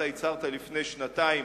אתה הצהרת לפני שנתיים,